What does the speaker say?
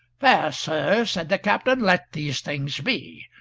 fair sir, said the captain, let these things be.